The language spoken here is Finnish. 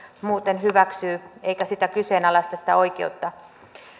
muuten hyväksyy eikä kyseenalaisteta sitä oikeutta